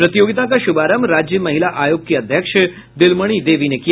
प्रतियोगिता का शुभारंभ राज्य महिला आयोग की अध्यक्ष दिलमणि देवी ने किया